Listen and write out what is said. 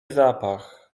zapach